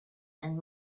and